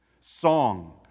song